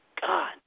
God